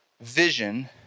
vision